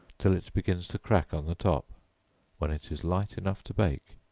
till it begins to crack on the top when it is light enough to bake.